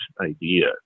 idea